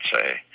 say